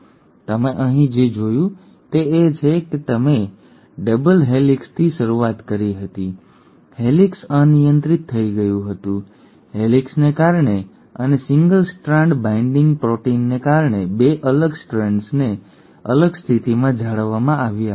તો તમે અહીં જે નોંધ્યું છે તે એ છે કે તમે ડબલ હેલિક્સથી શરૂઆત કરી હતી હેલિક્સ અનિયંત્રિત થઈ ગયું હતું હેલિક્સને કારણે અને સિંગલ સ્ટ્રાન્ડ બાઇન્ડિંગ પ્રોટીનને કારણે 2 અલગ સ્ટ્રેન્ડ્સને અલગ સ્થિતિમાં જાળવવામાં આવ્યા હતા